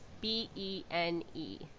B-E-N-E